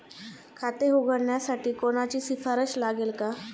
खाते उघडण्यासाठी कोणाची शिफारस लागेल का?